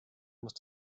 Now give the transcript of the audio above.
muss